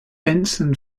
benson